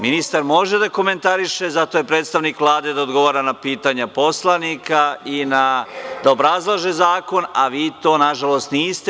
Ministar može da komentariše, zato je predstavnik Vlade, da odgovara na pitanja poslanika i da obrazlaže zakon, a vi to, nažalost, niste.